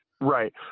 Right